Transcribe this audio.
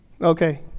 Okay